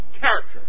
character